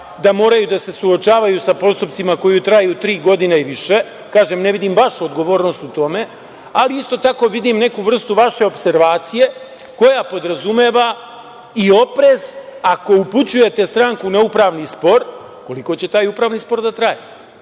da moraju da se suočavaju sa postupcima koji traju tri godine i više. Kažem, ne vidim vašu odgovornost u tome, ali isto tako vidim neku vrstu vaše opservacije koja podrazumeva i oprez, ako upućujete stranku na upravni spor, koliko će taj upravni spor da traje